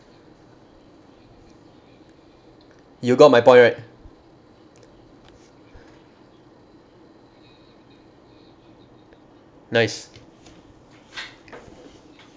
you got my point right nice